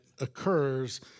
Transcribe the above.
occurs